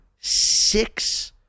six